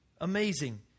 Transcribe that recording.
Amazing